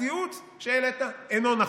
הציוץ שהעלית אינו נכון.